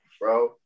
bro